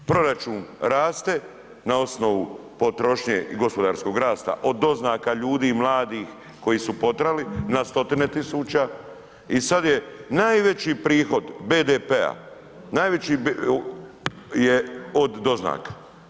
Proračun raste na osnovu potrošnje i gospodarskog rasta od doznaka ljudi mladih koje su potrali na stotine tisuća i sada je najveći prihod BDP-a najveći je od doznaka.